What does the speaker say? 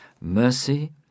mercy